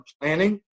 planning